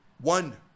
one